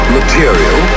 material